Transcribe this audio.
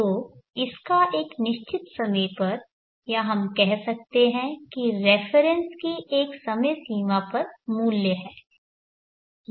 तो इसका एक निश्चित समय पर या हम कह सकते हैं कि रेफरेन्स के एक समय सीमा पर मूल्य है